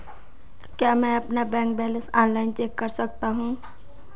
क्या मैं अपना बैंक बैलेंस ऑनलाइन चेक कर सकता हूँ?